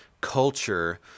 culture